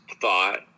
thought